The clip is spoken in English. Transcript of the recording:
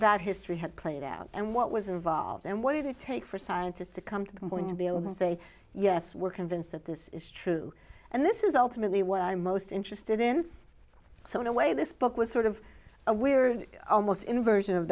that history had played out and what was involved and what did it take for scientists to come to the point and be able to say yes we're convinced that this is true and this is ultimately what i'm most interested in so in a way this book was sort of a weird almost inversion of